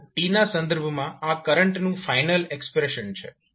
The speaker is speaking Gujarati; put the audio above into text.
તો t ના સંદર્ભમાં આ કરંટનું ફાઇનલ એક્સપ્રેશન છે